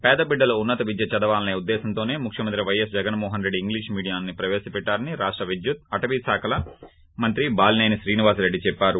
పేదల బిడ్డలు ఉన్నత విద్య చదవాలనే ఉద్దేశంతోనే ముఖ్యమంత్రి పైఎస్ జగన్మోహన్రెడ్డి ఇంగ్లీష్ మీడియాన్ని ప్రవేశపెట్టారని రాష్ట విద్యుత్ అటవీ శాఖల మంత్రే బాలినేని శ్రీనివాసరెడ్డి చెప్పారు